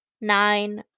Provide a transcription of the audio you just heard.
Nine